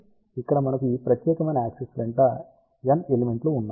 కాబట్టి ఇక్కడ మనకు ఈ ప్రత్యేకమైన యాక్సిస్ వెంట n ఎలిమెంట్ లు ఉన్నాయి